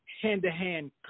hand-to-hand